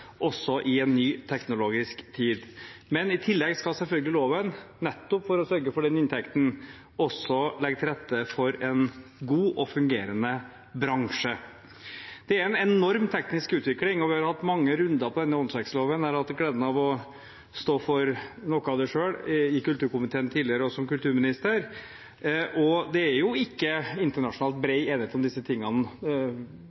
også i en ny teknologisk tid. Men i tillegg skal selvfølgelig loven legge til rette for en god og fungerende bransje, nettopp for å sørge for den inntekten. Det er en enorm teknisk utvikling, og vi har hatt mange runder med denne åndsverkloven. Jeg har hatt gleden av å stå for noe av det selv, i kulturkomiteen tidligere og som kulturminister. Det er jo ikke bred enighet om disse tingene internasjonalt.